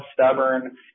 stubborn